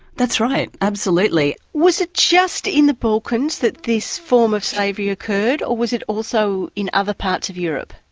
that's right, absolutely. was it just in the balkans that this form of slavery occurred? or was it also in other parts of europe?